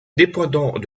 dépendant